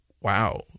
Wow